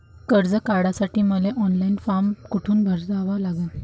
कर्ज काढासाठी मले ऑनलाईन फारम कोठून भरावा लागन?